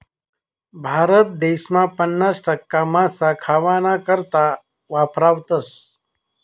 भारत देसमा पन्नास टक्का मासा खावाना करता वापरावतस